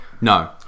No